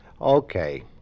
Okay